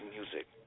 music